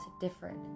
different